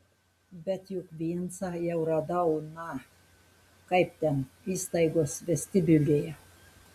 bet juk vincą jau radau na kaip ten įstaigos vestibiulyje